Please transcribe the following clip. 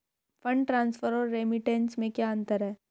Fund transfer और remittance में क्या अंतर है?